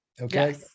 Okay